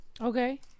Okay